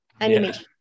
animation